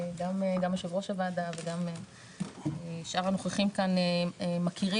גם יו"ר הוועדה וגם שאר הנוכחים כאן מכירים